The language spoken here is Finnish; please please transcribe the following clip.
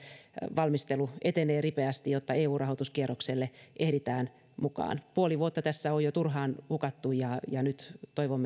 valmistelu etenee ripeästi jotta eu rahoituskierrokselle ehditään mukaan puoli vuotta tässä on jo turhaan hukattu ja nyt toivomme